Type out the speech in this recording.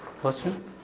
Question